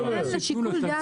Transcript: זה בהתאם לשיקול דעת הבנק.